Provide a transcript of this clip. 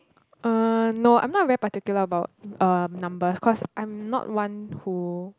uh no I'm not very particular about um numbers cause I'm not one who